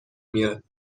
میاد